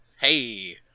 Hey